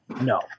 no